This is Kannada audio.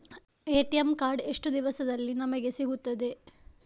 ಎ.ಟಿ.ಎಂ ಕಾರ್ಡ್ ಎಷ್ಟು ದಿವಸದಲ್ಲಿ ನಮಗೆ ಸಿಗುತ್ತದೆ?